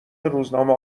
روزنامه